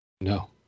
No